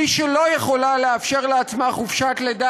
מי שלא יכולה לאפשר לעצמה חופשת לידה